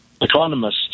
economists